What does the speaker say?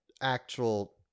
actual